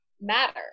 matter